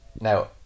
Now